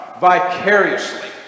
vicariously